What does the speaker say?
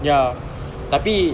ya tapi